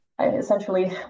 essentially